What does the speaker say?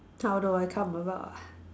how do I come about ah